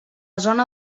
zona